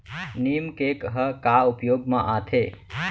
नीम cake ह का उपयोग मा आथे?